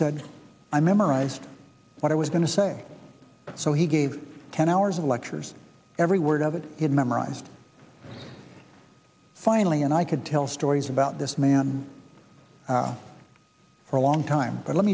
said i memorized what i was going to say so he gave ten hours of lectures every word of it he had memorized finally and i could tell stories about this man for a long time but let